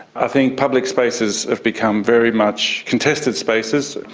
i think public spaces have become very much contested spaces.